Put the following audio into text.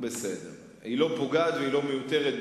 היא לא פוגעת ולא מיותרת בעיני.